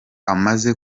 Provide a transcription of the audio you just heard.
amaze